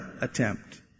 attempt